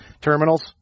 terminals